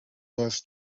bus